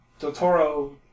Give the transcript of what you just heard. Totoro